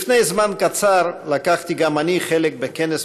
לפני זמן קצר לקחתי גם אני חלק בכנס